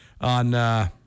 on –